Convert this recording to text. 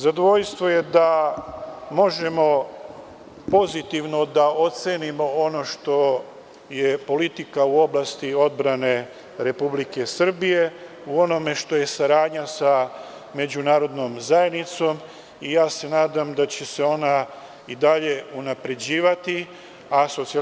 Zadovoljstvo je da možemo pozitivno da ocenimo ono što je politika u oblasti odbrane Republike Srbije, u onome što je saradnja sa međunarodnom zajednicom, i ja se nadam da će se ona i dalje unapređivati, a SPS